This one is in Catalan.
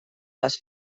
les